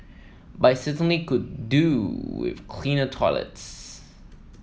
but it certainly could do with cleaner toilets